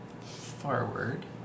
forward